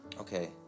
okay